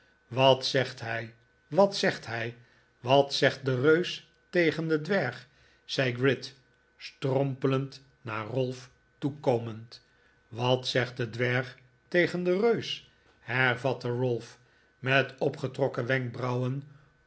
wat zegt hij wat zegt hij wat zegt de reus tegen den dwerg zei gride strompelend naar ralph toekomend wat zegt de dwerg tegen den reus hervatte ralph met opgetrokken wenkbrauwen